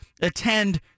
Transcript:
attend